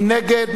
מי נגד,